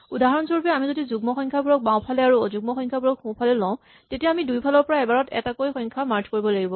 উদাহৰণস্বৰূপে যদি আমি যুগ্ম সংখ্যাবোৰক বাওঁফালে আৰু অযুগ্ম সংখ্যাবোৰক সোঁফালে লওঁ তেতিয়া আমি দুয়োফালৰ পৰা এবাৰত এটাকৈ সংখ্যা লৈ মাৰ্জ কৰিব লাগিব